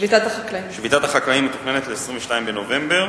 שביתת החקלאים המתוכננת ל-22 בנובמבר.